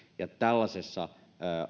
tällaisissa